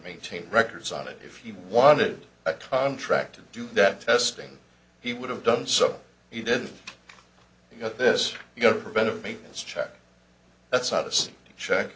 maintain records on it if you wanted a contract to do that testing he would have done so he did and got this he got preventive maintenance check that's out of check